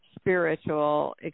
spiritual